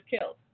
killed